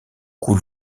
coule